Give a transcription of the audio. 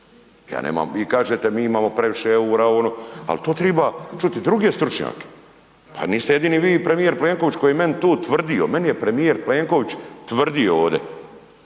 Ja nemam, vi kažete mi imamo previše EUR-a ovo, ono, ali to triba čuti i druge stručnjake. Pa niste jedini vi i premijer Plenković koji meni tu tvrdio, meni je premijer Plenković tvrdio ovde